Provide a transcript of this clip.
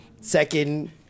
Second